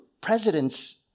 presidents